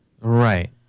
Right